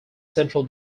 central